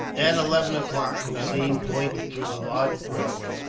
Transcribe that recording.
at eleven o'clock, hossein pointed to a large grove,